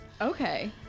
Okay